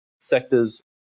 sectors